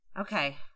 Okay